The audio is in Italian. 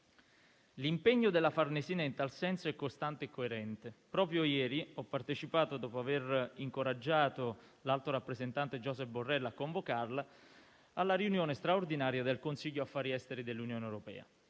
L'impegno della Farnesina in tal senso è costante e coerente. Proprio ieri ho partecipato, dopo aver incoraggiato l'alto rappresentante, Josep Borrell, a convocarla, alla riunione straordinaria del Consiglio affari esteri dell'Unione europea.